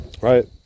right